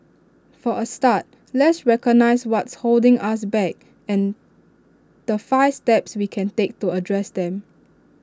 for A start let's recognise what's holding us back and the five steps we can take to address them